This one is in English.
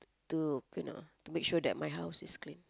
to you know to make sure that my house is clean